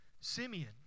Simeon